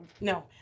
No